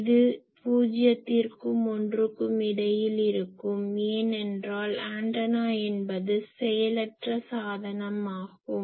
இது பூஜியத்திற்கும் ஒன்றுக்கும் இடையில் இருக்கும் ஏனென்றால் ஆண்டனா என்பது செயலற்ற சாதனமாகும்